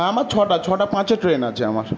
আমার ছটা ছটা পাঁচে ট্রেন আছে আমার